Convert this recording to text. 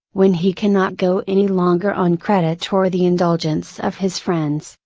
when he cannot go any longer on credit or the indulgence of his friends,